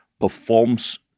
performs